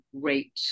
great